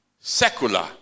secular